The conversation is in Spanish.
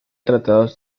tratados